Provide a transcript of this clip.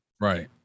Right